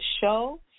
show